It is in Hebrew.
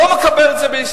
לא מקבל את זה בסעיפים,